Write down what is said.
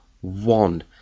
one